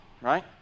right